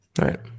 Right